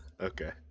Okay